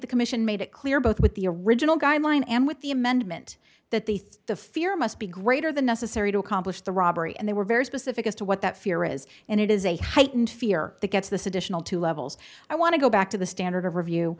the commission made it clear both with the original guideline and with the amendment that they thought the fear must be greater than necessary to accomplish the robbery and they were very specific as to what that fear is and it is a heightened fear that gets this additional two levels i want to go back to the standard of review